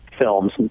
films